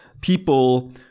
people